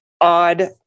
odd